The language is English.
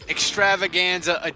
Extravaganza